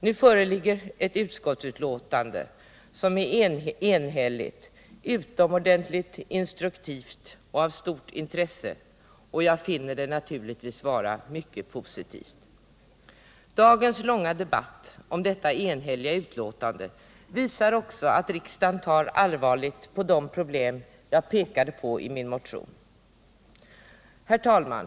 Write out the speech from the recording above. Det föreligger ett utskottsbetänkande som är enhälligt, utomordentligt instruktivt och av stort intresse, och jag finner det naturligtvis vara mycket positivt. Dagens långa debatt om detta enhälliga betänkande visar också att riksdagen tar allvarligt på det problem jag pekade på i min motion. Herr talman!